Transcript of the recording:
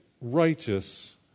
Righteous